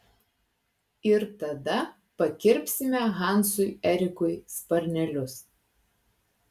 ir tada pakirpsime hansui erikui sparnelius